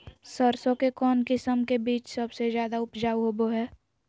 सरसों के कौन किस्म के बीच सबसे ज्यादा उपजाऊ होबो हय?